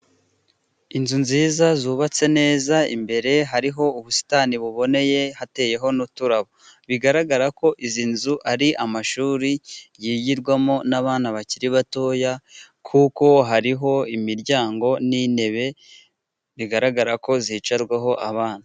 Inzu nziza zubatse neza imbere hariho ubusitani buboneye, hateyeho n'uturabo, bigaragara ko izi nzu ari amashuri yigirwamo n'abana bakiri batoya kuko hariho imiryango n'intebe bigaragara ko zicarwaho n'abana.